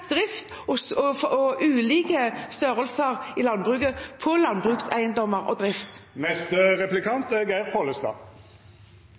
drift og ulike størrelser i landbruket – på landbrukseiendommer og drift.